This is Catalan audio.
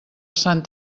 sant